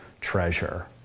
treasure